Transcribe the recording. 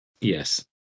Yes